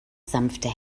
sanfte